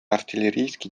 артиллерийский